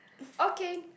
okay